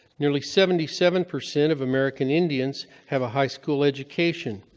nearly seventy seven percent of american indians have a high school education,